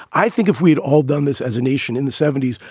i think if we'd all done this as a nation in the seventy s,